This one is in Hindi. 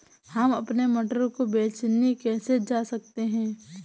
हम अपने मटर को बेचने कैसे जा सकते हैं?